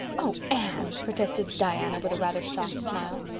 oh, anne, protested diana, with a rather shocked smile.